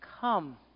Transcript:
come